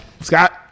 Scott